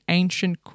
ancient